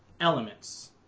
elements